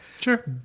Sure